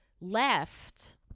left